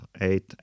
eight